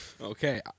Okay